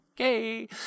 Okay